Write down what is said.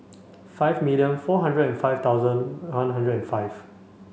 five million four hundred and five thousand one hundred and five